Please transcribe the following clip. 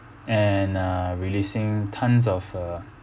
and uh releasing tons of uh